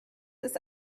ist